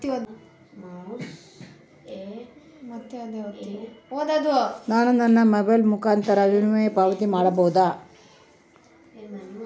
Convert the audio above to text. ನಾನು ನನ್ನ ಮೊಬೈಲ್ ಮುಖಾಂತರ ವಿಮೆಯನ್ನು ಪಾವತಿ ಮಾಡಬಹುದಾ?